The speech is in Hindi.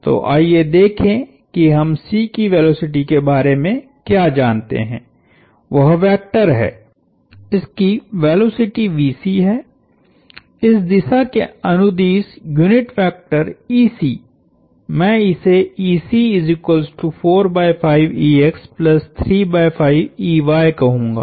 तो आइए देखें कि हम C की वेलोसिटी के बारे में क्या जानते हैं वह वेक्टर है इसकी वेलोसिटी है इस दिशा के अनुदिश यूनिट वेक्टर मैं इसे कहूंगा